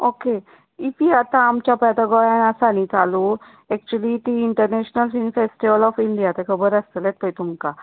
okay IFFI आता पळय आमचया गोयांन आसा पय चालू ऍक्यूयली ती international film festival of India ते खबर आसतलेच पळय तुमकां